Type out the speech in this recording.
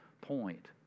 point